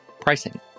pricing